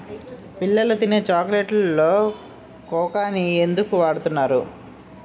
పిల్లలు తినే చాక్లెట్స్ లో కోకాని ఎక్కువ వాడుతున్నారు